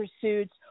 pursuits